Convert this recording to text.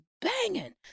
banging